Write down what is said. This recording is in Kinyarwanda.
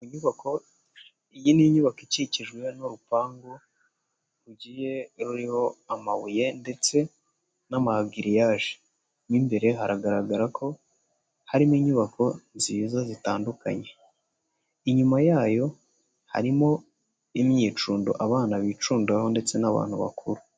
Iyi ni inyubako ikikijwe n'urupangu rugiye ruriho amabuye ndetse n'amagiriyaje mo imbere haragaragara ko harimo inyubako nziza zitandukanye, inyuma yayo harimo imyicundo abana bicundaho ndetse n'abantu bakuru.